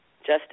justice